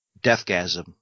Deathgasm –